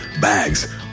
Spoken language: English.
bags